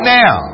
now